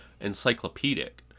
encyclopedic